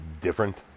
different